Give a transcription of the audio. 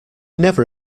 never